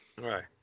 right